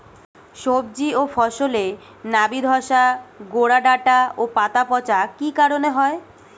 সবজি ও ফসলে নাবি ধসা গোরা ডাঁটা ও পাতা পচা কি কারণে হয়?